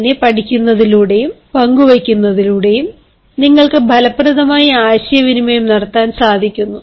അങ്ങനെ പഠിക്കുന്നതിലൂടെയും പങ്കു വയ്ക്കുന്നതിലൂടെയും നിങ്ങൾക്ക് ഫലപ്രദമായി ആശയവിനിമയം നടത്താൻ സാധിക്കുന്നു